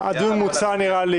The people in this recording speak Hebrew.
מוצה.